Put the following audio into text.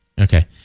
okay